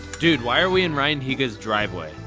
dude, why are we in ryan higa's driveway?